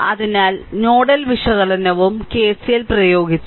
അതിനാൽ നോഡൽ വിശകലനവും KCL പ്രയോഗിച്ചു